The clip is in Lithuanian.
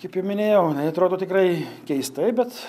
kaip jau minėjau jinai atrodo tikrai keistai bet